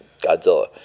Godzilla